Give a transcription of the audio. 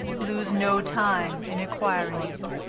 lose no time in acquiring it.